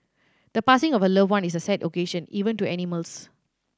the passing of a loved one is a sad occasion even to animals